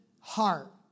heart